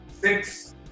Six